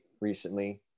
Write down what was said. recently